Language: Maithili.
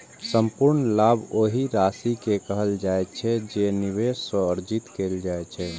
संपूर्ण लाभ ओहि राशि कें कहल जाइ छै, जे निवेश सं अर्जित कैल जाइ छै